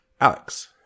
Alex